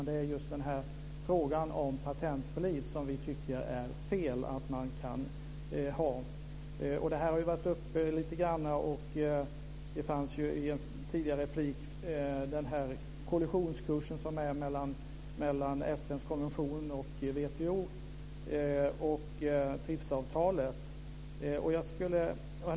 Det är just patent på liv som vi tycker är fel. Det har varit uppe tidigare. I en replik framkom att FN:s konvention och WTO med TRIPS-avtalet är på kollisionskurs.